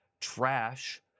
trash